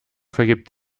vergibt